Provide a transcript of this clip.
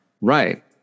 Right